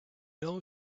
know